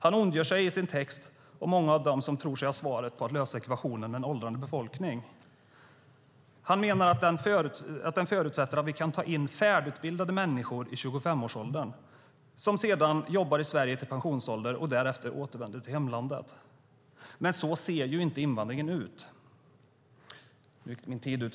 Han ondgör sig i sin text över många av dem som tror sig kunna lösa ekvationen med en åldrande befolkning. Han menar att lösningen förutsätter att vi kan ta in färdigutbildade människor i 25-årsåldern som sedan jobbar i Sverige till pensionsålder och därefter återvänder till hemlandet. Men så ser inte invandringen ut.